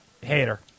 Hater